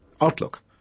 outlook